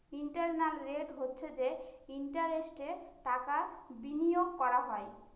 internal rate হচ্ছে যে ইন্টারেস্টে টাকা বিনিয়োগ করা হয়